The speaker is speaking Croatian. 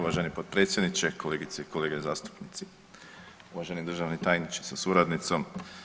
Uvaženi potpredsjedniče, kolegice i kolege zastupnici, uvaženi državni tajniče sa suradnicom.